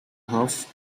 half